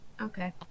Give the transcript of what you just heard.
Okay